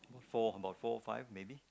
four about four five maybe